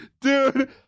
Dude